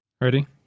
Ready